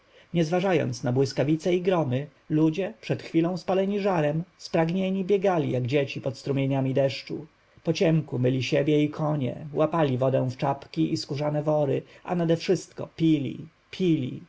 nie zważając na błyskawice i gromy ludzie przed chwilą spaleni żarem spragnieni biegali jak dzieci pod strumieniami deszczu po ciemku myli siebie i konie łapali wodę w czapki i skórzane wory a nadewszystko pili pili